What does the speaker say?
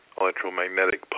electromagnetic